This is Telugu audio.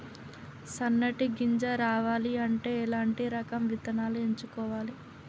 సన్నటి గింజ రావాలి అంటే ఎలాంటి రకం విత్తనాలు ఎంచుకోవాలి?